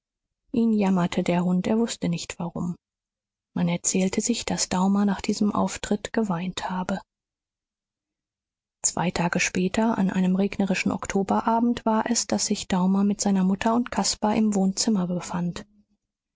ihn jammerte der hund er wußte nicht warum man erzählte sich daß daumer nach diesem auftritt geweint habe zwei tage später an einem regnerischen oktoberabend war es daß sich daumer mit seiner mutter und caspar im wohnzimmer befand